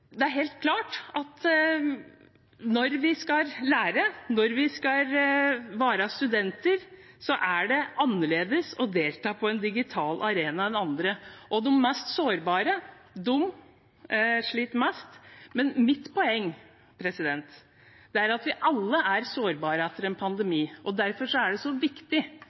Det er helt klart at når vi skal lære, når vi skal være studenter, er det annerledes å delta på en digital arena enn på andre, og de mest sårbare sliter mest. Men mitt poeng er at vi alle er sårbare etter en pandemi, og derfor er det så viktig,